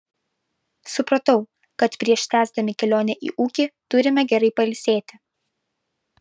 supratau kad prieš tęsdami kelionę į ūkį turime gerai pailsėti